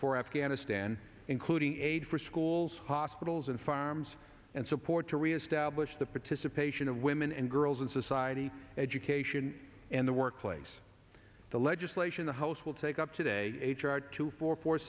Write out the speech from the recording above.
for afghanistan including aid for schools hospitals and farms and support to reestablish the participation of women and girls in society education and the workplace the legislation the house will take up today h r two four fo